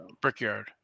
Brickyard